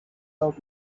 out